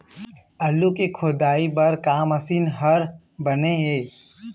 आलू के खोदाई बर का मशीन हर बने ये?